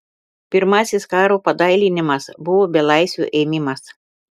pirmasis karo padailinimas buvo belaisvių ėmimas